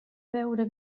beure